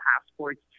passports